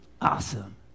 Awesome